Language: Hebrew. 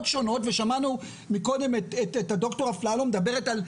שונות ושמענו מקודם את הד"ר אפללו מדברת על הבידוד,